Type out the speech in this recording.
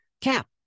Cap